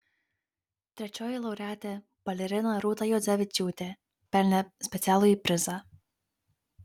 trečioji laureatė balerina rūta juodzevičiūtė pelnė specialųjį prizą